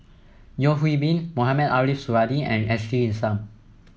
Yeo Hwee Bin Mohamed Ariff Suradi and Ashley Isham